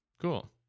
cool